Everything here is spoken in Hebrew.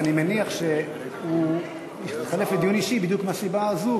ואני מניח שהוא התחלף לדיון אישי בדיוק מהסיבה הזאת,